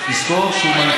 אחרי שהוא,